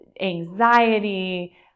anxiety